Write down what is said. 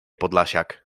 podlasiak